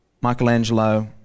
Michelangelo